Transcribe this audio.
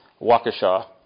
Waukesha